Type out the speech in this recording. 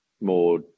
more